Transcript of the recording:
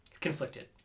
conflicted